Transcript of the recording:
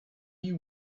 you